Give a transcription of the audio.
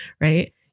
right